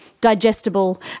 digestible